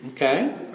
Okay